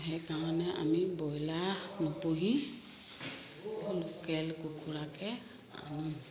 সেইকাৰণে আমি ব্ৰইলাৰ নুপুহি লোকেল কুকুৰাকে আনো